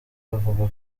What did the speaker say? bavuga